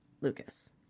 Lucas